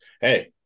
hey